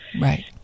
Right